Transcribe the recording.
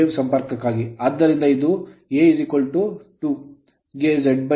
ಆದ್ದರಿಂದ ಇದು A 2 ಗೆ Z 2 ಆಗಿರುತ್ತದೆ